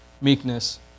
meekness